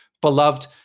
beloved